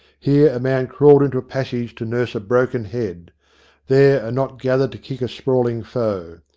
here a man crawled into a passage to nurse a broken head there a knot gathered to kick a sprawling foe.